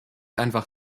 einfach